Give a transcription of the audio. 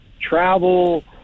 travel